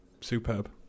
superb